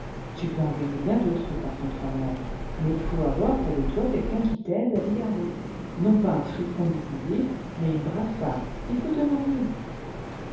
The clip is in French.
tu peux en gagner bien d'autres par ton travail mais il faut avoir près de toi quelqu'un qui t'aide à les garder non pas un fripon d'ouvrier mais une brave femme il faut te marier